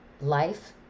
life